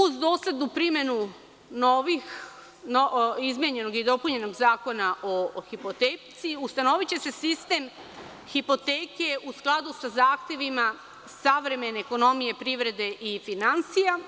Uz doslednu primenu izmenjenog i dopunjenog Zakona o hipoteci ustanoviće se sistem hipoteke u skladu sa zahtevima savremene ekonomije, privrede i finansija